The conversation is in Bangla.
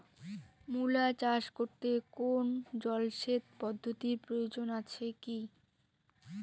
মূলা চাষ করতে কোনো জলসেচ পদ্ধতির প্রয়োজন আছে কী?